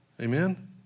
Amen